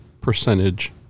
percentage